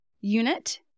unit